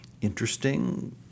interesting